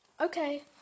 Okay